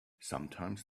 sometimes